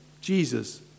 Jesus